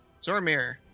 Zormir